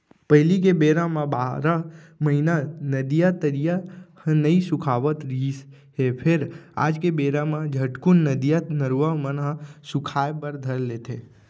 पहिली के बेरा म बारह महिना नदिया, तरिया ह नइ सुखावत रिहिस हे फेर आज के बेरा म झटकून नदिया, नरूवा मन ह सुखाय बर धर लेथे